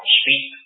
speak